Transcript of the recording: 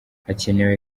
hakenewe